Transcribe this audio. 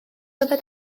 yfed